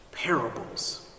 Parables